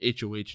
HOH